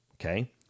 Okay